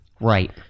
Right